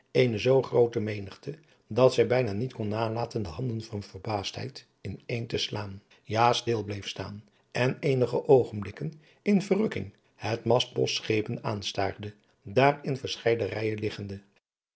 eene zoo groote menigte dat zij bijna niet kon nalaten de handen van verbaasheid in een te slaan ja stil bleef staan en eenige oogenblikken in verrukking het mastbosch schepen aanstaarde daar in verscheide rijen liggende